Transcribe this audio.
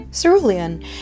cerulean